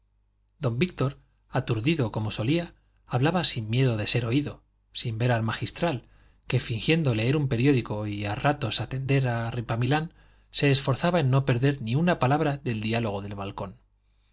don víctor aturdido como solía hablaba sin miedo de ser oído sin ver al magistral que fingiendo leer un periódico y a ratos atender a ripamilán se esforzaba en no perder ni una palabra del diálogo del balcón